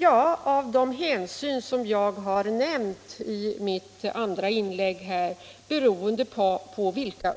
Ja, det har vi gjort av de hänsyn som jag nämnde i mitt andra inlägg — de